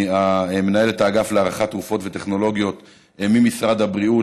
מנהלת האגף להערכת תרופות וטכנולוגיות במשרד הבריאות,